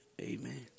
Amen